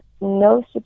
no